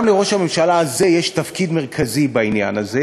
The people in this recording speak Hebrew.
גם לראש הממשלה הזה יש תפקיד מרכזי בעניין הזה,